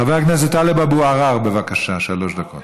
חבר הכנסת טלב אבו עראר, בבקשה, שלוש דקות.